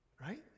right